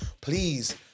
Please